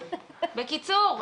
בקיצור,